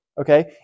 okay